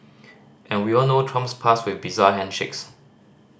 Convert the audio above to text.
and we all know Trump's past with bizarre handshakes